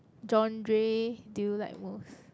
genre do you like most